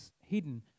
hidden